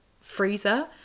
freezer